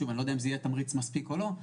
אני לא יודע אם זה יהיה תמריץ מספיק או לא,